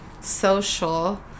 social